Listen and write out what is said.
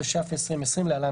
התש"ף 2020 (להלן,